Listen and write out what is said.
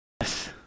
Yes